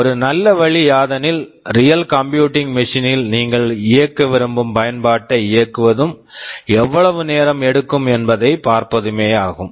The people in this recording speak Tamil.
ஒரு நல்ல வழி யாதெனில் real computing machine real computing machine ல் நீங்கள் இயக்க விரும்பும் பயன்பாட்டை இயக்குவதும் எவ்வளவு நேரம் எடுக்கும் என்பதைப் பார்ப்பதுமேயாகும்